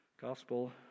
Gospel